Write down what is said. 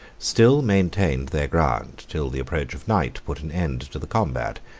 still maintained their ground, till the approach of night put an end to the combat,